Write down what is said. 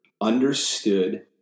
understood